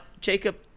Jacob